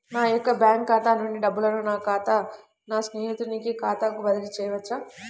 నా యొక్క బ్యాంకు ఖాతా నుండి డబ్బులను నా స్నేహితుని ఖాతాకు బదిలీ చేయవచ్చా?